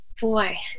boy